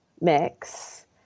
mix